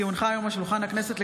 כי הונחה היום על שולחן הכנסת,